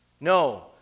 No